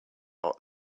hot